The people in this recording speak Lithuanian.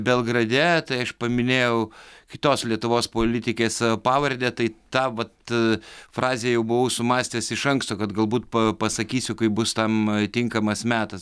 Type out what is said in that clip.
belgrade tai aš paminėjau kitos lietuvos politikės pavardę tai tą vat frazę jau buvau sumąstęs iš anksto kad galbūt pasakysiu kai bus tam tinkamas metas